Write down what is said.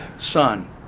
Son